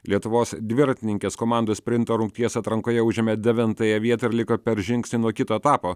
lietuvos dviratininkės komandos sprinto rungties atrankoje užėmė devintąją vietą ir liko per žingsnį nuo kito etapo